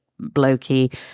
blokey